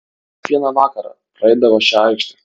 kiekvieną vakarą praeidavo šia aikšte